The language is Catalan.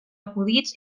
acudits